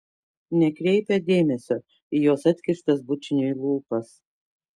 nekreipia dėmesio į jos atkištas bučiniui lūpas